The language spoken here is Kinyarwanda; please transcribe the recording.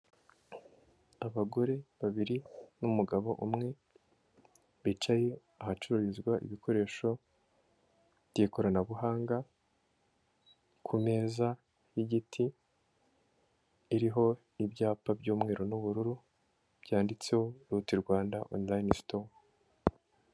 Abagore babiri n'umugabo umwe bicaye ahacururizwa ibikoresho by'ikoranabuhanga, ku meza y'igiti iriho n'ibyapa by'umweru n'ubururu byanditseho Ruti Rwanda onorayini sitowa.